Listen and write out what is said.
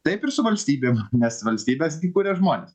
taip ir su valstybėm nes valstybes gi kuria žmonės